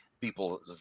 people